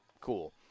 Cool